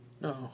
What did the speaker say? No